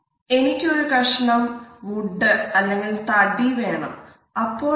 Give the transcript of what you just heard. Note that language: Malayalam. "എനിക്ക് ഒരു കഷ്ണം വുഡ് തടി വേണം"